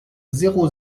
zéro